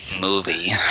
movie